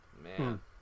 Man